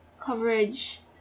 coverage